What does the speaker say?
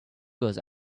goes